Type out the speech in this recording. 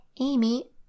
Amy